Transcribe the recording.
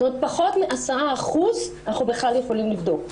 זאת אומרת, פחות מ-10% אנחנו בכלל יכולים לבדוק.